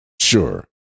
Sure